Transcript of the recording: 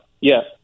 Yes